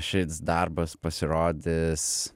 šis darbas pasirodys